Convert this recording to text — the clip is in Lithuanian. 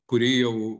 kuri jau